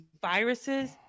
viruses